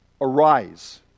arise